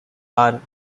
are